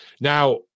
Now